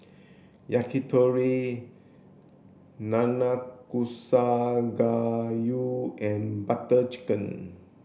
Yakitori Nanakusa Gayu and Butter Chicken